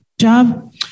job